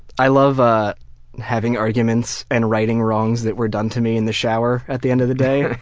i love ah having arguments and righting wrongs that were done to me in the shower at the end of the day.